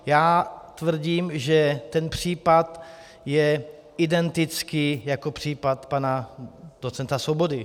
Já tvrdím, že ten případ je identický jako případ pana docenta Svobody.